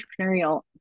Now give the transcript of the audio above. entrepreneurial